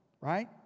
Right